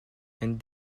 and